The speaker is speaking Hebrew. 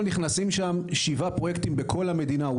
נכנסים שם שבעה פרויקטים בכל המדינה,